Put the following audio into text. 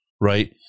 right